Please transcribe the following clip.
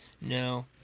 No